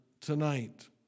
tonight